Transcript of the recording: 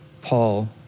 Paul